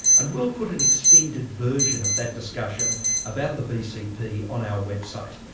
and we'll put an extended version of that discussion about the bcp on our website.